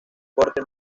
corta